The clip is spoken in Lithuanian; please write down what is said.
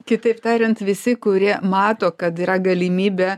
kitaip tariant visi kurie mato kad yra galimybė